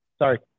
Sorry